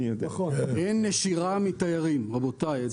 אין נשירה מתיירים, רבותיי.